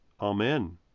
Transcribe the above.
Amen